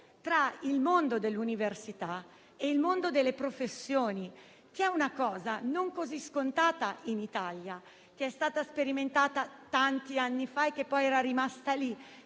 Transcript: tra il mondo dell'università e il mondo delle professioni. Si tratta di una cosa non così scontata in Italia, che è stata sperimentata tanti anni fa e che poi era rimasta lì;